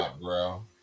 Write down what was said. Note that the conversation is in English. bro